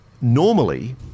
normally